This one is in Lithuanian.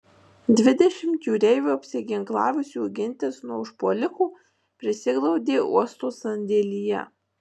dvidešimt jūreivių apsiginklavusių gintis nuo užpuolikų prisiglaudė uosto sandėlyje